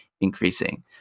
increasing